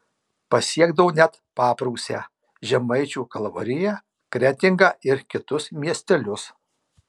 pasiekdavo net paprūsę žemaičių kalvariją kretingą ir kitus miestelius